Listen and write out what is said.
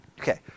Okay